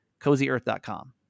CozyEarth.com